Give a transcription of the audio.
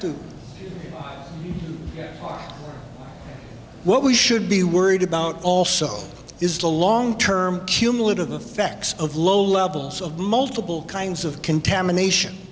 to what we should be worried about also is the long term cumulative effects of low levels of multiple kinds of contamination